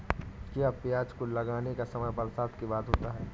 क्या प्याज को लगाने का समय बरसात के बाद होता है?